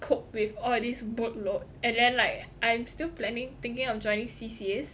cope with all this work load and then like I'm still planning thinking of joining C_C_A